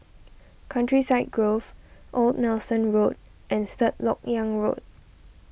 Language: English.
Countryside Grove Old Nelson Road and Third Lok Yang Road